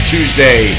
Tuesday